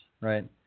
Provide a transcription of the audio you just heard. right